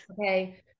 Okay